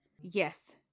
Yes